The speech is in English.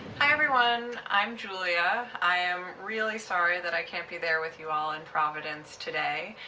hi, everyone. i'm julia. i am really sorry that i can't be there with you all in providence today,